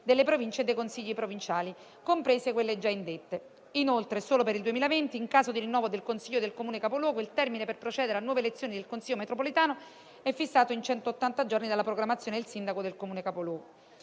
delle Province e dei consigli provinciali, comprese quelle già indette. Inoltre, solo per il 2020, in caso di rinnovo del Consiglio del Comune capoluogo, il termine per procedere a nuove elezioni del Consiglio metropolitano è fissato in centottanta giorni dalla proclamazione del sindaco del Comune capoluogo.